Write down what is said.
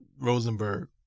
Rosenberg